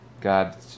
God